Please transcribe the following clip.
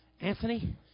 Anthony